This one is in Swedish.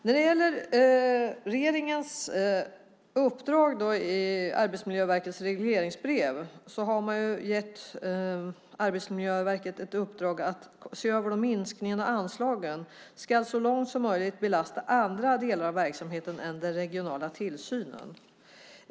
När det gäller regeringens uppdrag i Arbetsmiljöverkets regleringsbrev har man gett Arbetsmiljöverket i uppdrag att se över att minskningarna av anslagen så långt som möjligt ska belasta andra delar av verksamheten än den regionala tillsynen.